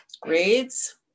grades